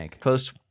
post